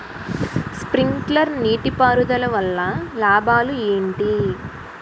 Sprinkler నీటిపారుదల వల్ల లాభాలు ఏంటి?